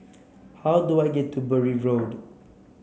how do I get to Bury Road